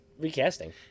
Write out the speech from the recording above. Recasting